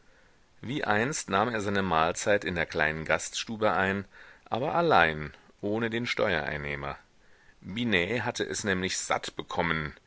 wie einst nahm er seine mahlzeit in der kleinen gaststube ein aber allein ohne den steuereinnehmer binet hatte es nämlich satt bekommen